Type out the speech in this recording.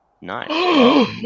Nice